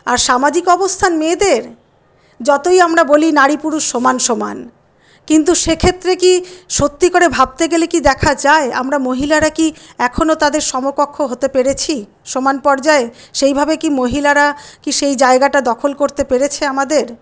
আর সামাজিক অবস্থান মেয়েদের যতই আমরা বলি নারী পুরুষ সমান সমান কিন্তু সেক্ষেত্রে কি সত্যি করে ভাবতে গেলে কি দেখা যায় আমরা মহিলারা কি এখনও তাদের সমকক্ষ হতে পেরেছি সমান পর্যায়ে সেইভাবে কি মহিলারা কি সেই জায়গাটা দখল করতে পেরেছে আমাদের